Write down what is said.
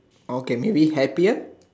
okay maybe happier